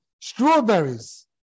strawberries